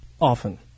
Often